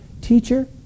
Teacher